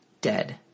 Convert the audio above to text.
dead